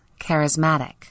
charismatic